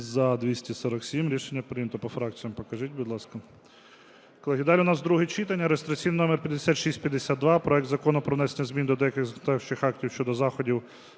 За-247 Рішення прийнято. По фракціях покажіть, будь ласка. Колеги, далі у нас друге читання. Реєстраційний номер 5652: проект Закону про внесення змін до деяких законодавчих актів щодо заходів,